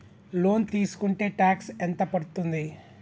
Loan తీస్కుంటే tax ఎంత పడ్తుంది?